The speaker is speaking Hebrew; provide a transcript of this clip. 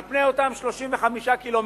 על פני אותם 35 קילומטרים,